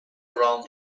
around